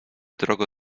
drogo